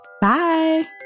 Bye